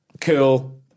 cool